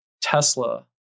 Tesla